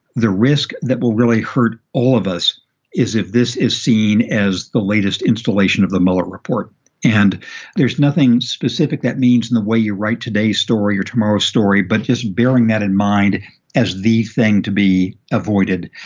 the risk that will really hurt all of us is if this is seen as the latest installation of the mueller report and there's nothing specific that means in the way you write today's story or tomorrow's story. but just bearing that in mind as the thing to be avoided,